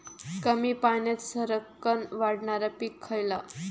कमी पाण्यात सरक्कन वाढणारा पीक खयला?